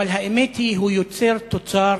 אבל האמת, שהוא יוצר תוצר